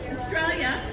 Australia